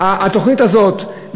התוכנית הזאת,